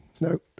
no